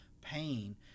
pain